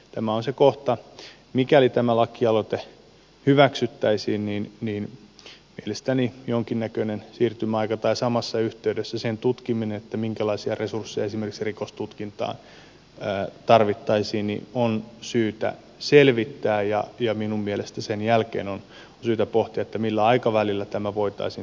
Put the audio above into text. tämä on se kohta mikäli tämä lakialoite hyväksyttäisiin että mielestäni jonkinnäköinen siirtymäaika tai samassa yhteydessä sen tutkiminen minkälaisia resursseja esimerkiksi rikostutkintaan tarvittaisiin on syytä selvittää ja minun mielestäni sen jälkeen on syytä pohtia millä aikavälillä tämä voitaisiin tuoda